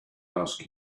ask